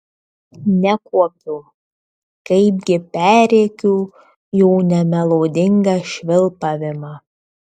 nekuopiu kaipgi perrėkiu jo nemelodingą švilpavimą